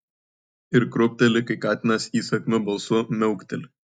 ir krūpteli kai katinas įsakmiu balsu miaukteli